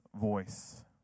voice